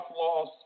loss